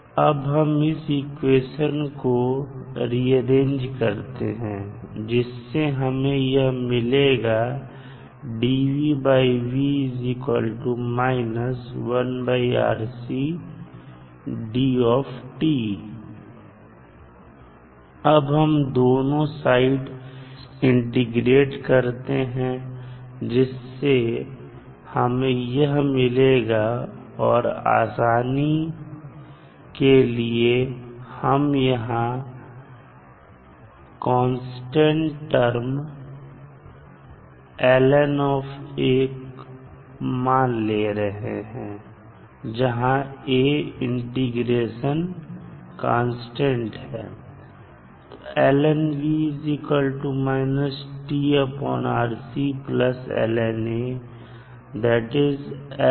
अब हम इस इक्वेशन को रिअरेंज करते हैं जिससे हमें यह मिलेगा अब हम दोनों साइड इंटीग्रेट करते हैं जिससे हमें यह मिलेगा और आसानी के लिए हम यहां कांस्टेंट टर्म ln A को मान ले रहे हैं जहां A इंटीग्रेशन कांस्टेंट है